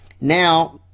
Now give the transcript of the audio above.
Now